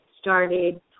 started